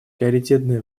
приоритетное